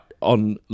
on